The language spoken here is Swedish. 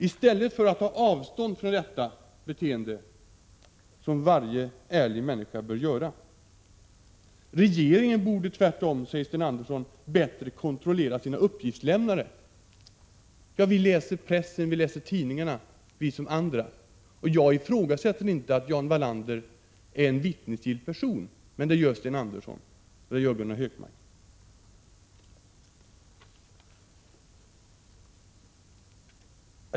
I stället för att ta avstånd från denna mytbildning, som varje ärlig människa bör göra, säger Sten Andersson tvärtom att regeringen borde bättre kontrollera sina uppgiftslämnare. Vi läser liksom andra vad som står i tidningarna. Jag ifrågasätter inte att Jan Wallander är en vittnesgill person, men det gör Sten Andersson och Gunnar Hökmark.